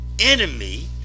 enemy